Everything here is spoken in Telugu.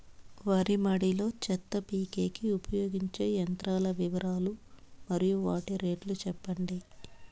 వరి మడి లో చెత్త పీకేకి ఉపయోగించే యంత్రాల వివరాలు మరియు వాటి రేట్లు చెప్పండి?